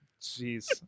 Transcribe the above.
jeez